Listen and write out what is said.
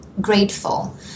grateful